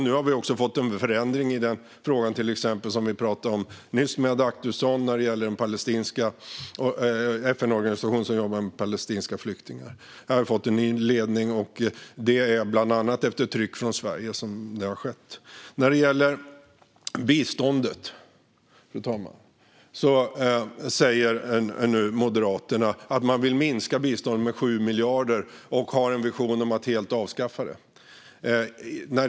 Vi har till exempel fått till en förändring i frågan som jag talade om med Adaktusson nyss när det gäller den FN-organisation som jobbar med palestinska flyktingar. Den har fått en ny ledning, och det är bland annat efter tryck från Sverige som det har skett. När det gäller biståndet, fru talman, säger Moderaterna att man vill minska det med 7 miljarder och har en vision om att avskaffa det helt.